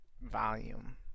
volume